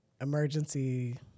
emergency